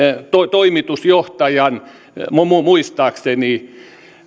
toimitusjohtajan muistaakseni